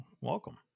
Welcome